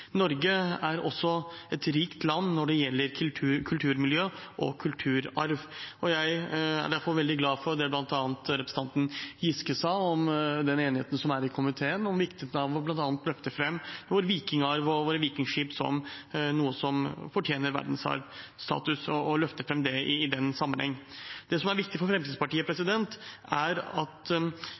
Norge er også et rikt land når det gjelder kulturmiljø og kulturarv. Jeg er derfor veldig glad for det bl.a. representanten Giske sa om den enigheten som er i komiteen om viktigheten av å løfte fram bl.a. vår vikingarv og våre vikingskip som noe som fortjener verdensarvstatus, og å løfte fram det i den sammenheng. Det som er viktig for Fremskrittspartiet når det gjelder kulturmiljø, er at